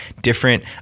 different